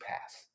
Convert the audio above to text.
pass